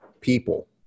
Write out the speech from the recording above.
people